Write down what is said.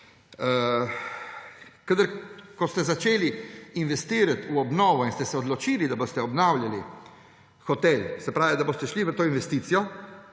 Ko ste začeli investirati v obnovo in ste se odločili, da boste obnavljali hotel, da boste šli v to investicijo,